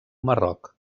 marroc